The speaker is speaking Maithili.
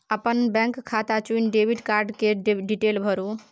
अपन बैंक खाता चुनि डेबिट कार्ड केर डिटेल भरु